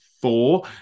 four